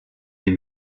les